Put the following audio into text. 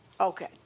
Okay